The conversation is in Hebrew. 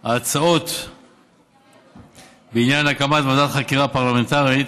ההצעות בעניין הקמת ועדת חקירה פרלמנטרית